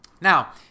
Now